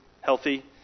healthy